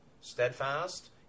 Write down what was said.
steadfast